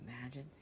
imagine